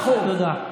תודה.